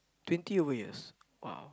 twenty over years !wow!